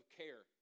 care